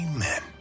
Amen